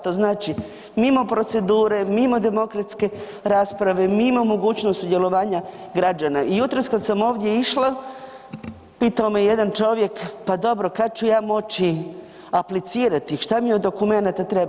To znači mimo procedure, mimo demokratske rasprave, mimo mogućnosti sudjelovanja građana i jutros kad sam ovdje išla, pitao me jedan čovjek, pa dobro kad ću ja moći aplicirati, što mi od dokumenata treba.